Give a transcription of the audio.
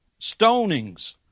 Stonings